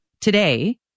today